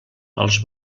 els